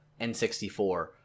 N64